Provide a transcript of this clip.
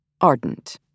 ardent